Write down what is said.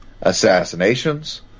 assassinations